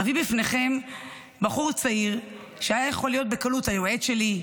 אביא בפניכם בחור צעיר שהיה יכול להיות בקלות היועץ שלי,